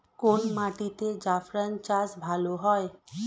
কোন মাটিতে জাফরান চাষ ভালো হয়?